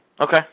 Okay